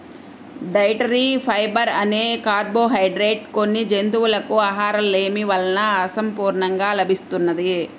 dietary fibre అనే carbohydrate కొన్ని జంతువులకు ఆహారలేమి వలన అసంపూర్ణంగా లభిస్తున్నది